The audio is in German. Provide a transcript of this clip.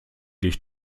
dich